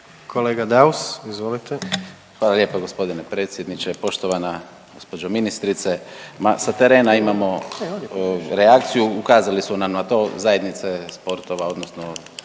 **Daus, Emil (IDS)** Hvala lijepo g. predsjedniče, poštovana gđo. ministrice. Ma sa terena imamo reakciju, ukazali su nam na to zajednice sportova odnosno